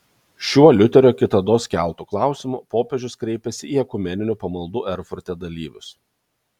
šiuo liuterio kitados keltu klausimu popiežius kreipėsi į ekumeninių pamaldų erfurte dalyvius